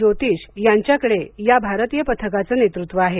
ज्योतीश यांच्याकडं या भारतीय पथकाचं नेतृत्व आहे